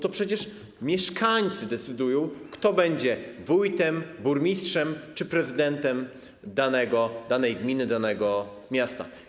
To przecież mieszkańcy decydują, kto będzie wójtem, burmistrzem czy prezydentem danej gminy, danego miasta.